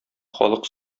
халык